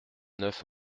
neuf